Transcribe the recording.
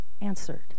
answered